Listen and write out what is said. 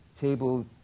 table